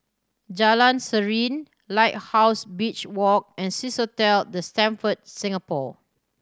Jalan Serene Lighthouse Beach Walk and Swissotel The Stamford Singapore